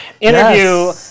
interview